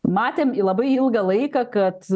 matėm labai ilgą laiką kad